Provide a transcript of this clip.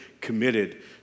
committed